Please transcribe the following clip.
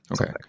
Okay